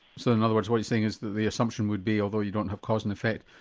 so in other words what you're saying is the assumption would be, although you don't have cause and effect,